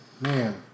man